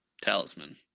talisman